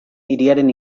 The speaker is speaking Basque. hiriaren